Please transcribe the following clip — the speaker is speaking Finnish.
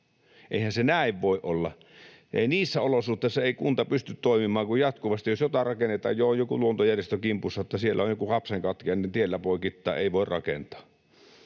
Eihän se näin voi olla. Ei, niissä olosuhteissa ei kunta pysty toimimaan, kun jatkuvasti jos jotain rakennetaan, jo on joku luontojärjestö kimpussa, että siellä on joku hapsenkatkiainen tiellä poikittain eikä voi rakentaa.